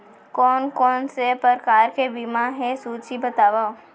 कोन कोन से प्रकार के बीमा हे सूची बतावव?